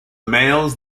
males